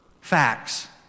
facts